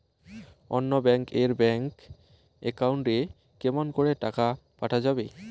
অন্য ব্যাংক এর bank account এ কেমন করে টাকা পাঠা যাবে?